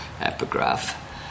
epigraph